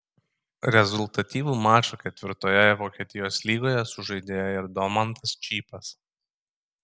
rezultatyvų mačą ketvirtoje vokietijos lygoje sužaidė ir domantas čypas